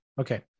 Okay